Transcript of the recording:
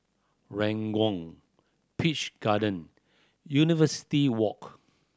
Ranggung Peach Garden University Walk